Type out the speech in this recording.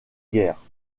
guerre